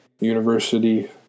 University